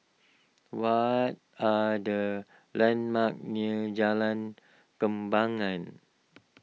what are the landmarks near Jalan Kembangan